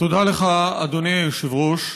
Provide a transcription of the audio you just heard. תודה לך, אדוני היושב-ראש.